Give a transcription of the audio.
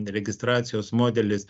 registracijos modelis